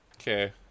Okay